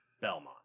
Belmont